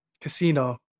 casino